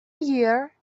year